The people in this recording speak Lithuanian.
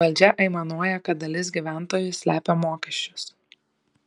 valdžia aimanuoja kad dalis gyventojų slepia mokesčius